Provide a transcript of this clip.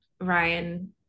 Ryan